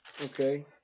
Okay